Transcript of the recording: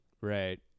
Right